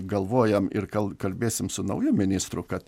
galvojam ir kal kalbėsim su nauju ministru kad